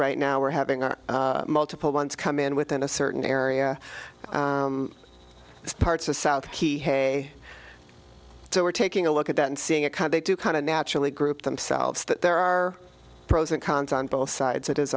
right now we're having our multiple ones come in within a certain area parts of south key hey so we're taking a look at that and seeing a kind they do kind of naturally group themselves that there are pros and cons on both sides it is